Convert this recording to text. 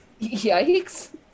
Yikes